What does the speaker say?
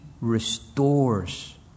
restores